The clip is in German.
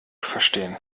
verstehen